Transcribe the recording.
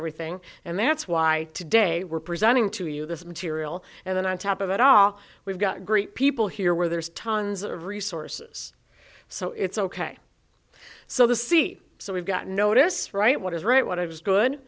everything and that's why today we're presenting to you this material and then on top of it all we've got great people here where there's tons of resources so it's ok so the see so we've got notice right what is right what it is good